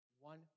One